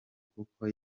kuko